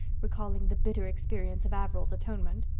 recalling the bitter experience of averil's atonement.